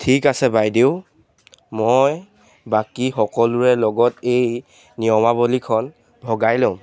ঠিক আছে বাইদেউ মই বাকী সকলোৰে লগত এই নিয়মাৱলীখন ভগাই ল'ম